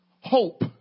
hope